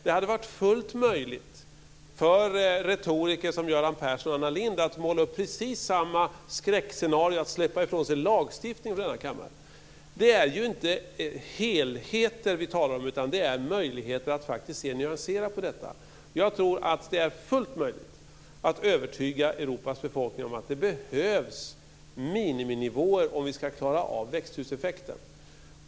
Det hade varit fullt möjligt för retoriker som Göran Persson och Anna Lindh att måla upp precis samma skräckscenario när det gäller att släppa ifrån sig lagstiftningen från denna kammare. Det är inte helheter vi talar om utan möjligheter att faktiskt se nyanserat på detta. Jag tror att det är fullt möjligt att övertyga Europas befolkningar om att det behövs miniminivåer om vi ska klara av växthuseffekten.